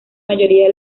mayoría